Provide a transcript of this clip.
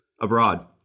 abroad